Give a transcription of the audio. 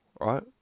right